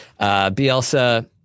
Bielsa